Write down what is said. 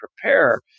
prepare